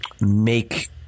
make